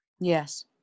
Yes